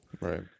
Right